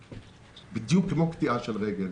היא בדיוק כמו קטיעה של רגל.